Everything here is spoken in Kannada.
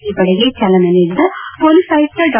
ಈ ಪಡೆಗೆ ಚಾಲನೆ ನೀಡಿದ ಪೊಲೀಸ್ ಆಯುಕ್ತ ಡಾ